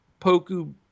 Poku